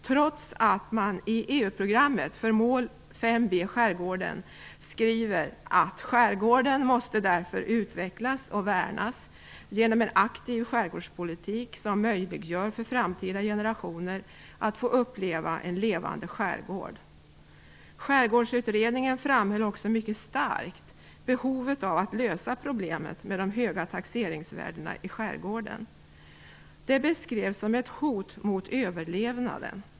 Ändå skriver man i EU-programmet för mål 5b, Skärgården, att skärgården måste utvecklas och värnas genom en aktiv skärgårdspolitik som möjliggör för framtida generationer att få uppleva en levande skärgård. Skärgårdsutredningen framhöll också mycket starkt behovet av att lösa problemet med de höga taxeringsvärdena i skärgården. De beskrevs som ett hot mot överlevnaden.